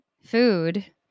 food